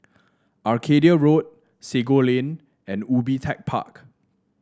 Arcadia Road Sago Lane and Ubi Tech Park